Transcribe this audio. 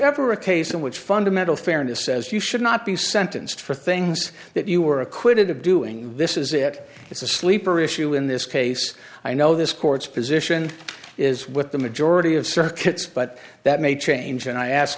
ever a case in which fundamental fairness says you should not be sentenced for things that you were acquitted of doing this is it it's a sleeper issue in this case i know this court's position is with the majority of circuits but that may change and i ask